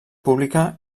pública